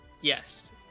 Yes